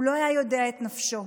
הוא לא היה יודע את נפשו,